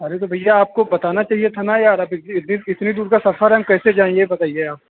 अरे तो भैया आपको बताना चाहिए था ना यार अब इधिर इतनी दूर का सफर हम कैसे जाएँ ये बताइए आप